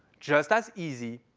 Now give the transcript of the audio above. just as easy,